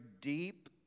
deep